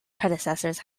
predecessors